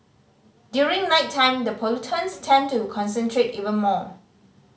during nighttime the pollutants tend to concentrate even more